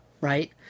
Right